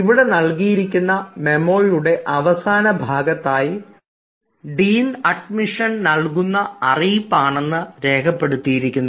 ഇവിടെ നൽകിയിരിക്കുന്ന മെമ്മോയുടെ അവസാന ഭാഗത്തായി ഡീൻ അഡ്മിഷൻ നൽകുന്ന അറിയിപ്പാണ് എന്ന് രേഖപ്പെടുത്തിയിരിക്കുന്നു